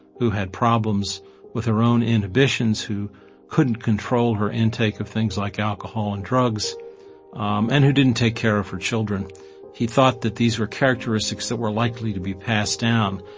who had problems with her own inhibitions, who couldn't control her intake of things like alcohol alcohol and drugs um and who didn't take care of her children he thought that these were characteristics that were likely to be passed down.